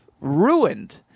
ruined